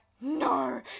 no